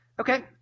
Okay